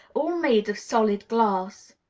all made of solid glass.